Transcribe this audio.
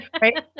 right